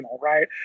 right